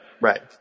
right